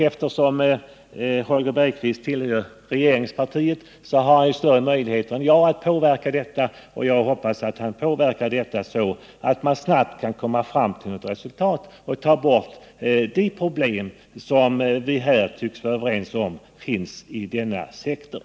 Eftersom Holger Bergqvist tillhör regeringspartiet har han större möjligheter än jag att påverka regeringen, och jag hoppas att han gör det, så att man snabbt kan komma fram till ett resultat och ta bort de problem som vi tycks vara överens om finns i denna sektor.